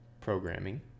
programming